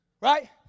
Right